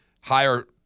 higher